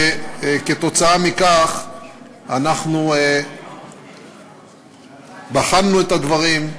וכתוצאה מכך אנחנו בחנו את הדברים,